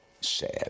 Sad